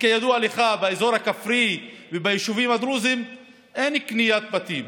וכידוע לך באזור הכפרי וביישובים הדרוזיים אין קניית בתים,